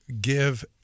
give